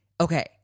Okay